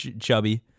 Chubby